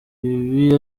ibi